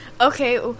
Okay